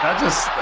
that just